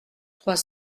trois